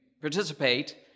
participate